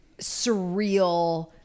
surreal